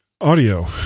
audio